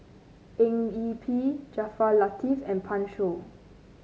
Eng Yee Peng Jaafar Latiff and Pan Shou